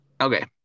Okay